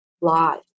live